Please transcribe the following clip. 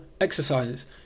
exercises